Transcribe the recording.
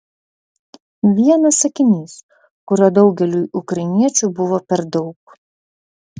vienas sakinys kurio daugeliui ukrainiečių buvo per daug